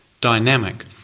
dynamic